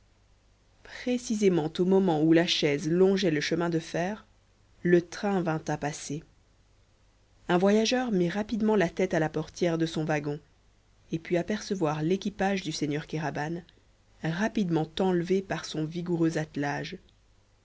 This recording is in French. précisément au moment où la chaise longeait le chemin de fer le train vint à passer un voyageur mit rapidement la tête à la portière de son wagon et put apercevoir l'équipage du seigneur kéraban rapidement enlevé par son vigoureux attelage